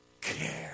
care